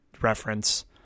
reference